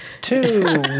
Two